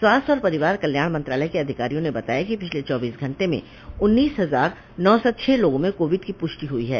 स्वास्थ्य और परिवार कल्याण मंत्रालय के अधिकारी ने बताया कि पिछले चौबीस घंटे में उन्नीस हजार नौ सौ छह लोगों में कोविड की पुष्टि हुई है